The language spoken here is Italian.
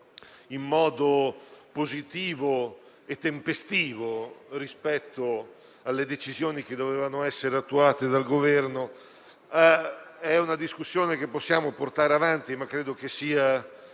in modo positivo e tempestivo con riguardo alle decisioni che dovevano essere attuate dal Governo. È questa una discussione che possiamo portare avanti, ma credo sia